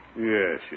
Yes